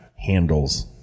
handles